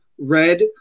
red